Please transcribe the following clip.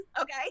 okay